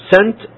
Sent